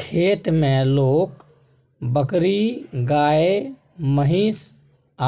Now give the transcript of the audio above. खेत मे लोक बकरी, गाए, महीष